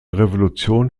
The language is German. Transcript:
revolution